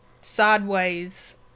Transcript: sideways